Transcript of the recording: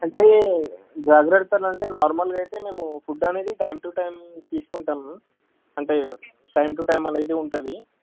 అంటే జాగ్రత్తలనంటే నార్మల్గా అయితే మేము ఫుడ్ అనేది టైం టు టైం తీసుకుంటాము అంటే టైం టు టైం అనేది ఉంటుంది